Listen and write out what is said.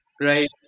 Right